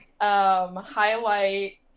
highlight